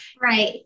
Right